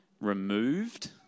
removed